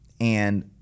and-